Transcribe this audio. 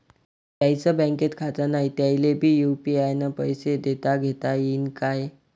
ज्याईचं बँकेत खातं नाय त्याईले बी यू.पी.आय न पैसे देताघेता येईन काय?